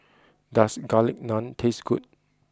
does Garlic Naan taste good